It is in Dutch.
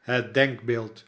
het denkbeeld